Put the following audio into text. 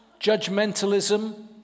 judgmentalism